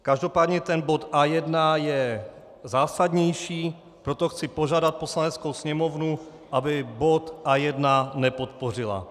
Každopádně bod A1 je zásadnější, proto chci požádat Poslaneckou sněmovnu, aby bod A1 nepodpořila.